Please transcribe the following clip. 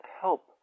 help